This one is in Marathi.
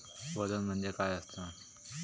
वजन म्हणजे काय असता?